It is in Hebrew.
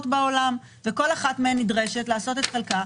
בעולם וכל אחת מהן נדרשת לעשות את חלקה,